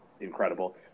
incredible